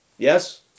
Yes